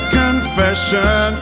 confession